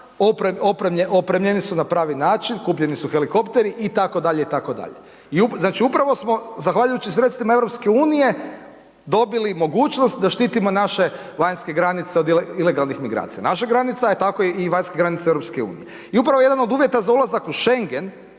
opremljeni su na pravi način, kupljeni su helikopteri itd., itd. Znači upravo smo zahvaljujući sredstvima EU dobili mogućnost da štitimo naše vanjske granice od ilegalnih migracija, naša granica a tako i vanjske granice EU. I upravo jedan od uvjeta za ulazak u Schengen